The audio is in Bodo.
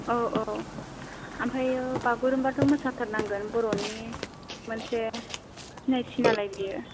औ औ ओमफ्राय बागुरुम्बाथ' मोसाथारनांगोन बर'नि मोनसे सिनायथि नालाय बियो